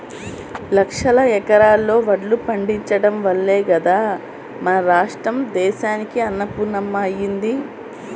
లక్షల ఎకరాల్లో వడ్లు పండించడం వల్లే గదా మన రాష్ట్రం దేశానికే అన్నపూర్ణమ్మ అయ్యింది